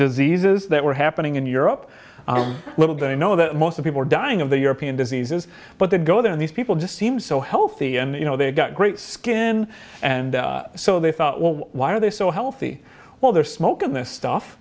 diseases that were happening in europe a little bit i know that most people are dying of the european diseases but they go there and these people just seem so healthy and you know they've got great skin and so they thought why are they so healthy well they're smoking this stuff